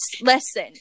Listen